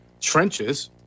trenches